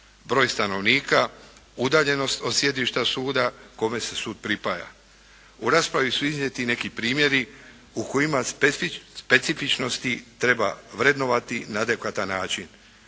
broj stanovnika, udaljenost od sjedišta suda kome se sud pripaja. U raspravi su iznijeti i neki primjeri u kojima specifičnosti treba vrednovati na adekvatan način.